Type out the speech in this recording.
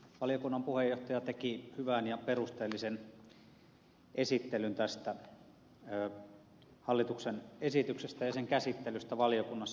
valiokunnan puheenjohtaja teki hyvän ja perusteellisen esittelyn tästä hallituksen esityksestä ja sen käsittelystä valiokunnassa